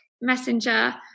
Messenger